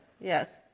Yes